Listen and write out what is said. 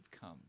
come